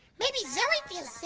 maybe zoe feels sad.